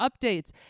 updates